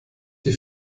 die